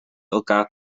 elkaar